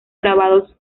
grabados